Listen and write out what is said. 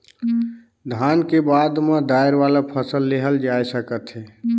धान के बाद में दायर वाला फसल लेहल जा सकत हे